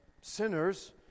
sinners